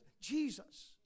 Jesus